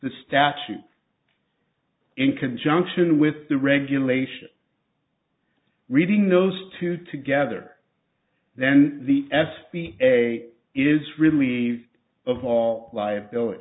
the statute in conjunction with the regulation reading those two together then the s b a is really of all liability